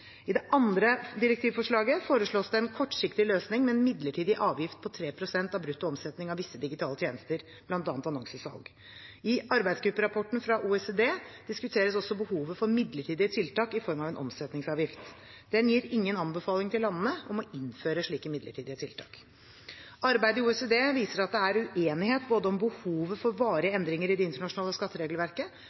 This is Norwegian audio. I det andre direktivforslaget foreslås det en kortsiktig løsning med en midlertidig avgift på 3 pst. av brutto omsetning av visse digitale tjenester, bl.a. annonsesalg. I arbeidsgrupperapporten fra OECD diskuteres også behovet for midlertidige tiltak i form av en omsetningsavgift. Den gir ingen anbefaling til landene om å innføre slike midlertidige tiltak. Arbeidet i OECD viser at det er uenighet både om behovet for varige endringer i det internasjonale skatteregelverket